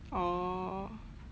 oh